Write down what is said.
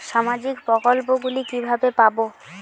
সামাজিক প্রকল্প গুলি কিভাবে পাব?